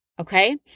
okay